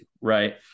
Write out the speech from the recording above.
Right